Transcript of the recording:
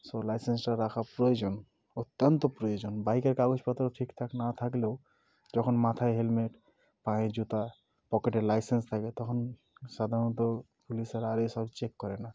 তো লাইসেন্সটা রাখা প্রয়োজন অত্যন্ত প্রয়োজন বাইকের কাগজপত্র ঠিকঠাক না থাকলেও যখন মাথায় হেলমেট পায়ে জুতো পকেটে লাইসেন্স থাকে তখন সাধারণত পুলিশেরা আর এই সব চেক করে না